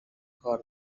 کار